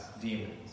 demons